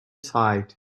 sight